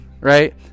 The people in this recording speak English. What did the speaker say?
right